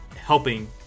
helping